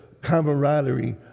camaraderie